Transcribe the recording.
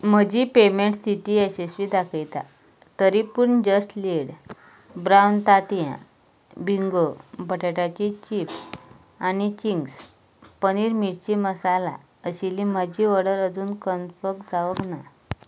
म्हजी पेमॅन्ट स्थिती यशस्वी दाखयता तरीपूण जस्ट लेड ब्रावन तांतयां बिंगो बटाट्याचे चिप्स आनी चिंग्स पनीर मिरची मसाला आशिल्ली म्हजी ऑर्डर अजून कन्फर्म जावंक ना